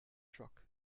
truck